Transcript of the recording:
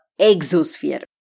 exosphere